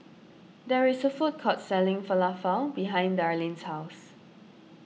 there is a food court selling Falafel behind Darleen's house